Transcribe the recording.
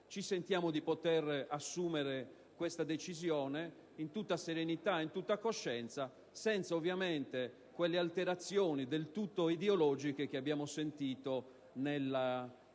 Ci sentiamo di poter assumere questa decisione in tutta serenità ed in tutta coscienza, senza ovviamente quelle alterazioni del tutto ideologiche che abbiamo sentito